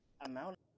amount